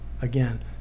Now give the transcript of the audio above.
again